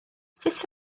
sut